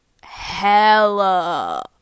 hella